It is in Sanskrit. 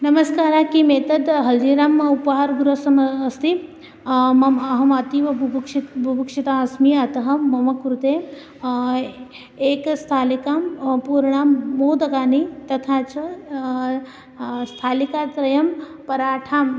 नमस्कारः किम् एतत् हल्दिराम् उपहारगुहम् अस्ति मम अहम् अतीव बुभुक्षिता बुभुक्षिता अस्मि अतः मम कृते एकां स्थालिकां पूर्णां मोदकानि तथा च स्थालिकात्रयं पराठाम्